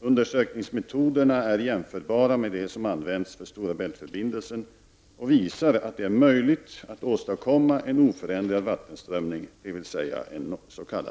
Undersökningsmetoderna är jämförbara med dem som använts för Stora Bält-förbindelsen och visar att det är möjligt att åstadkomma en oförändrad vattenströmning, dvs. en s.k.